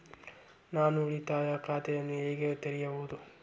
ನಾನು ಉಳಿತಾಯ ಖಾತೆಯನ್ನು ಹೇಗೆ ತೆರೆಯುವುದು?